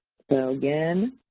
so again,